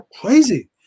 crazy